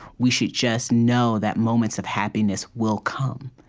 we should just know that moments of happiness will come.